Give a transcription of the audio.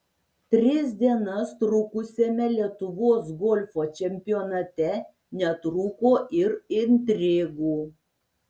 tris dienas trukusiame lietuvos golfo čempionate netrūko ir intrigų